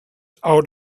out